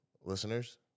Listeners